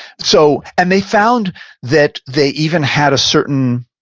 so and they found that they even had a certain,